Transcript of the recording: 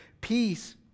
peace